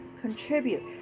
contribute